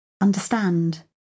Understand